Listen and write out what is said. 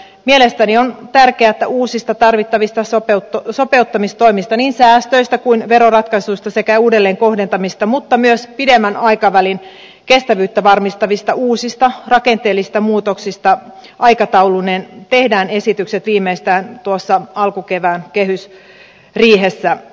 mielestäni on tärkeää että uusista tarvittavista sopeuttamistoimista niin säästöistä kuin veroratkaisuista sekä uudelleenkohdentamisesta mutta myös pidemmän aikavälin kestävyyttä varmistavista uusista rakenteellisista muutoksista aikatauluineen tehdään esitykset viimeistään tuossa alkukevään kehysriihessä